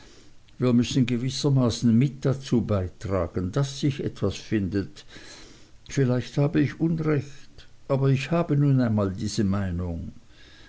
wir müssen gewissermaßen mit dazu beitragen daß sich etwas findet vielleicht habe ich unrecht aber ich habe nun einmal diese meinung